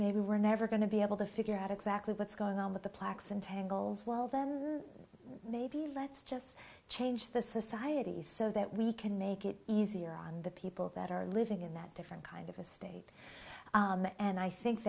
maybe we're never going to be able to figure out exactly what's going on with the plaques and tangles well then maybe let's just change the societies so that we can make it easier on the people that are living in that different kind of a state and i think